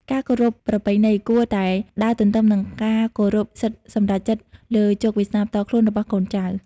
ការគោរពប្រពៃណី គួរតែដើរទន្ទឹមនឹងការគោរពសិទ្ធិសម្រេចចិត្តលើជោគវាសនាផ្ទាល់ខ្លួនរបស់កូនចៅ។